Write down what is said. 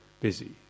busy